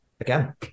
again